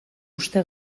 uste